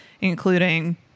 including